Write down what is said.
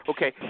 Okay